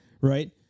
right